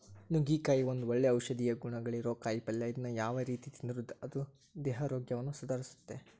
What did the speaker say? ನುಗ್ಗಿಕಾಯಿ ಒಂದು ಒಳ್ಳೆ ಔಷಧೇಯ ಗುಣಗಳಿರೋ ಕಾಯಿಪಲ್ಲೆ ಇದನ್ನ ಯಾವ ರೇತಿ ತಿಂದ್ರು ಅದು ದೇಹಾರೋಗ್ಯವನ್ನ ಸುಧಾರಸ್ತೆತಿ